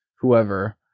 whoever